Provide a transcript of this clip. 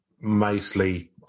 mostly